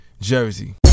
Jersey